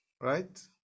right